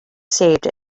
saved